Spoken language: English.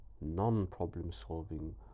non-problem-solving